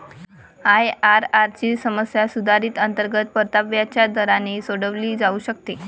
IRR ची समस्या सुधारित अंतर्गत परताव्याच्या दराने सोडवली जाऊ शकते